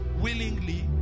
willingly